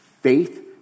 Faith